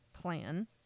plan